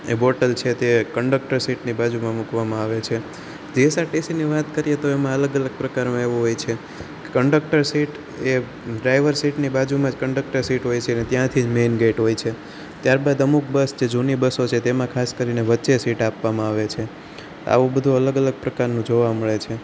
bottle છે તે conductor સીટની બાજુમાં મૂકવામાં આવે છે જીએસઆરટીસી વાત કરીએ તો એમાં અલગ અલગ પ્રકાર એવો હોય છે કંડક્ટર સીટ એ ડ્રાઇવર સીટની બાજુમાં જ કંડક્ટર સીટ હોય છે અને ત્યાંથી જ મૈન ગેટ હોય છે ત્યારબાદ અમુક બસ છે જૂની બસો છે તેમાં ખાસ કરીને વચ્ચે સીટ આપવામાં આવે છે આવું બધું અલગ અલગ પ્રકારનું જોવા મળે છે